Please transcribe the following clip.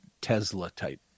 Tesla-type